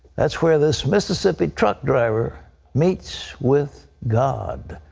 that's where this mississippi truck driver meets with god.